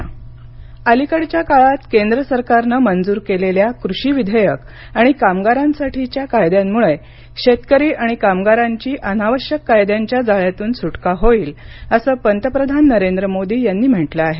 मोदी दीनदयाळ उपाध्याय जयंती अलीकडच्या काळात केंद्र सरकारने मंजूर केलेल्या कृषी विधेयक आणि कामगारांसाठीच्या कायद्यांमुळे शेतकरी आणि कामगारांची अनावश्यक कायद्यांच्या जाळ्यातून सुटका होईल असं पंतप्रधान नरेंद्र मोदी यांनी म्हटलं आहे